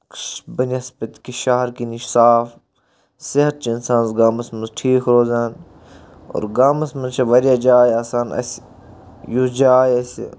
بَنسبط کہِ شَہَر کہِ نِش صاف صحت چھُ اِنسانَس گامَس منٛز ٹھیٖک روزان اور گامَس منٛز چھِ واریاہ جاے آسان اَسہِ یُس جاے اسہِ